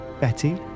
Betty